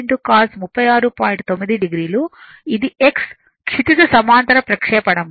ఇది x క్షితిజ సమాంతర ప్రక్షేపణం